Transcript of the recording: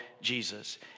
Jesus